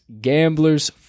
gamblers